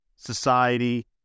society